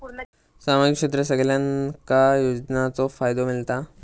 सामाजिक क्षेत्रात सगल्यांका योजनाचो फायदो मेलता?